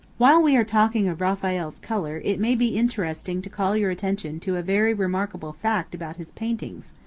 while we are talking of raphael's color it may be interesting to call your attention to a very remarkable fact about his paintings.